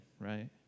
right